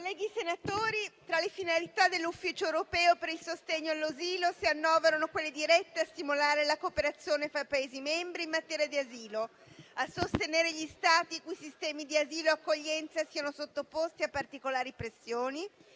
Colleghi senatori, tra le finalità dell'Ufficio europeo per il sostegno all'asilo si annoverano quelle dirette a stimolare la cooperazione fra Paesi membri in materia di asilo; a sostenere gli Stati i cui sistemi di asilo e accoglienza siano sottoposti a particolari pressioni;